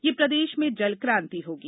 यह प्रदेश में जल क्रांति होगी